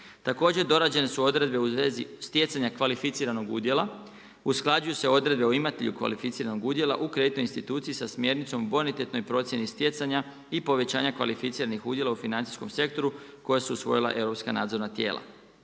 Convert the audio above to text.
Također, dorađene su odredbe u vezi sjecanje kvalificiranog udjela, usklađuju se odredbe o imatelju kvalificiranog udjela u kreditnoj instituciji sa smjernicom bonitetnoj procjeni stjecanja i povećanja kvalificiranih udjela u financijskom sektoru koja su usvojila europska nadzorna tijela.